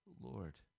Lord